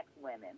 women